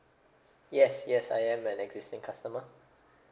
yes yes I am an existing customer